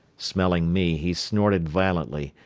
smelling me, he snorted violently,